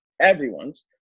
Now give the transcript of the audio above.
everyone's